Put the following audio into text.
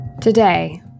Today